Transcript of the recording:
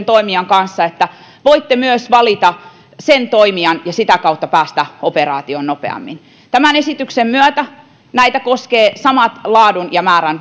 toimijan kanssa niin että voitte myös valita sen toimijan ja sitä kautta päästä operaatioon nopeammin tämän esityksen myötä näitä koskevat samat laadun ja määrän